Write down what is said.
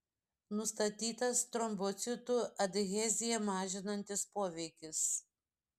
nustatytas trombocitų adheziją mažinantis poveikis